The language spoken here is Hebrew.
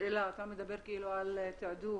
אתה מדבר על תעדוף,